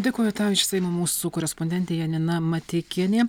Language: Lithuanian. dėkoju tau iš seimo mūsų korespondentė janina mateikienė